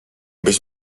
byś